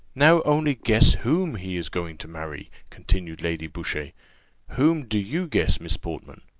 now only guess whom he is going to marry, continued lady boucher whom do you guess, miss portman?